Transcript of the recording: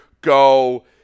go